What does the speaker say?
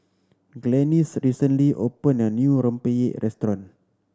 Glennis recently opened a new rempeyek restaurant